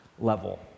level